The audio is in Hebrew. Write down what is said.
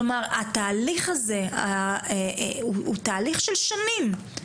כלומר התהליך הזה הוא תהליך של שנים.